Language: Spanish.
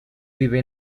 vive